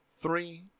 three